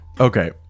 Okay